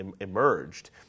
emerged